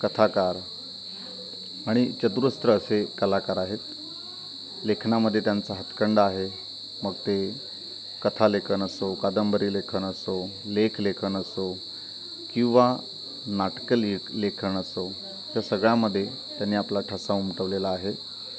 कथाकार आणि चतुरस्र असे कलाकार आहेत लेखनामध्ये त्यांचा हातखंडा आहे मग ते कथालेखन असो कादंबरीलेखन असो लेखलेखन असो किंवा नाटकं लेखलेखन असो या सगळ्यामध्ये त्यांनी आपला ठसा उमटवलेला आहे